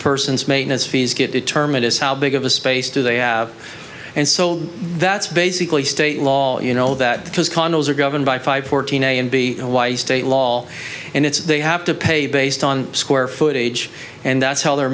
person's maintenance fees get determined is how big of a space do they have and so that's basically state law you know that because condos are governed by five fourteen a and b and y state law and it's they have to pay based on square footage and that's how their